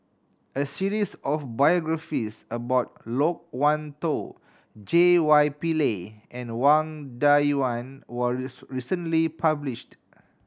a series of biographies about Loke Wan Tho J Y Pillay and Wang Dayuan recently published